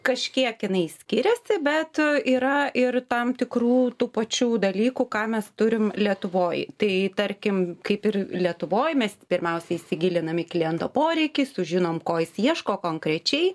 kažkiek jinai skiriasi bet yra ir tam tikrų tų pačių dalykų ką mes turim lietuvoj tai tarkim kaip ir lietuvoj mes pirmiausia įsigilinam į kliento poreikį sužinom ko jis ieško konkrečiai